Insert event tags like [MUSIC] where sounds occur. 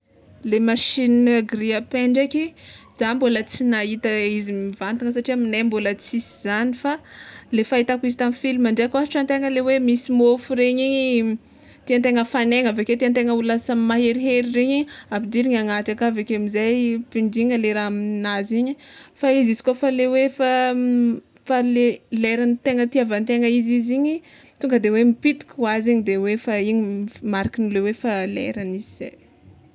Le machine grille à pain draiky zah mbola tsy nahita izy mivantana satria aminay mbola tsisy zany fa le fahitako izy tamy filma ndraiky ôhatra antegna misy mofo regny igny tiantegna hafagnaina aveke tiantegna ho lasa maherihery regny ampidirigny agnaty aka avekeo amizay pindigna le raha aminazy igny fa izy izy kôfa le hoe fa- [HESITATION] fa le leran'ny tegna hitiavantegna le izy izy igny tonga de hoe miptiky hoazy igny de hoe fa igny marikanle hoe fa lera mintsy zay.